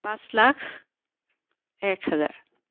পাঁচ লাখ এক হাজাৰ